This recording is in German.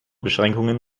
beschränkungen